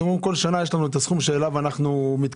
אתם אומרים: בכל שנה יש לנו את הסכום שאליו אנחנו מתכנסים,